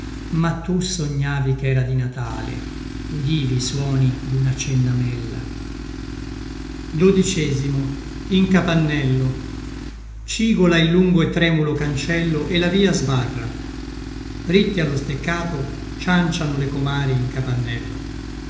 ma tu sognavi chera di natale udivi i suoni duna cennamella cigola il lungo e tremulo cancello la via sbarra ritte allo steccato cianciano le comari in capannello